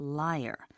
liar